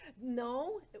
No